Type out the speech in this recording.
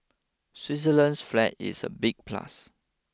Switzerland's flag is a big plus